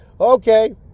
okay